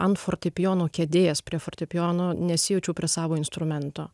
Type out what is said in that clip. ant fortepijono kėdės prie fortepijono nesijaučiau prie savo instrumento